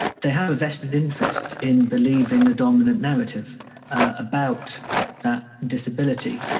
they have a vested interest in believing the dominant narrative about that disability,